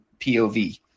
POV